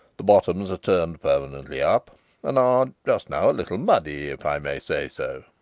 the bottoms are turned permanently up and are, just now, a little muddy, if i may say so.